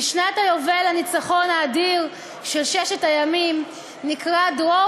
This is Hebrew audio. בשנת היובל לניצחון האדיר של ששת הימים נקרא דרור